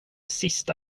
sista